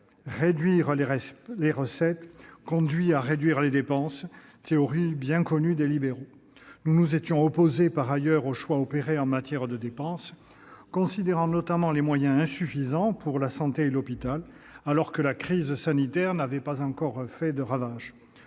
Réduire les recettes conduit à réduire les dépenses : théorie bien connue des libéraux. Nous nous étions opposés, par ailleurs, aux choix opérés en matière de dépenses, considérant notamment les moyens insuffisants dans le domaine de la santé et de l'hôpital- alors que la crise sanitaire n'avait pas encore fait de ravages